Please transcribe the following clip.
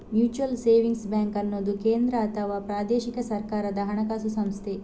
mutual savings bank ಅನ್ನುದು ಕೇಂದ್ರ ಅಥವಾ ಪ್ರಾದೇಶಿಕ ಸರ್ಕಾರದ ಹಣಕಾಸು ಸಂಸ್ಥೆ